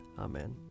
Amen